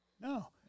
no